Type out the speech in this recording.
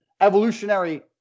evolutionary